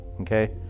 okay